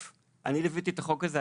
שאני ליוויתי את החוק הזה,